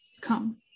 come